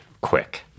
quick